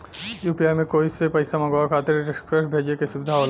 UPI में कोई से पइसा मंगवाये खातिर रिक्वेस्ट भेजे क सुविधा होला